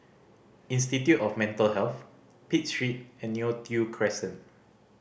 Institute of Mental Health Pitt Street and Neo Tiew Crescent